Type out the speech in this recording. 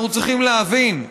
אנחנו צריכים להבין,